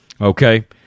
Okay